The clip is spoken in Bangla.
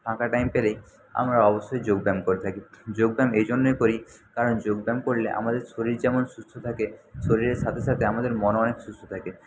ফাঁকা টাইম পেলেই আমরা অবশ্যই যোগব্যায়াম করে থাকি যোগব্যায়াম এই জন্যই করি কারণ যোগব্যায়াম করলে আমাদের শরীর যেমন সুস্থ থাকে শরীরের সাথে সাথে আমাদের মনও অনেক সুস্থ থাকে